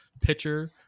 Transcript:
pitcher